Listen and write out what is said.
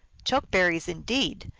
choke berries, indeed!